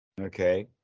Okay